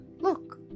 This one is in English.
look